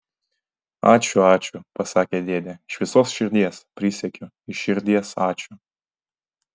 ačiū ačiū pasakė dėdė iš visos širdies prisiekiu iš širdies ačiū